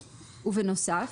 ובנוסף,